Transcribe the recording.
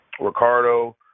Ricardo